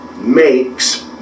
makes